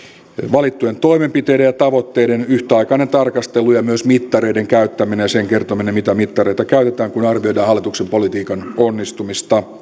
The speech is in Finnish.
valittujen toimenpiteiden ja tavoitteiden yhtäaikainen tarkastelu ja myös mittareiden käyttäminen ja sen kertominen mitä mittareita käytetään kun arvioidaan hallituksen politiikan onnistumista